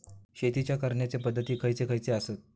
शेतीच्या करण्याचे पध्दती खैचे खैचे आसत?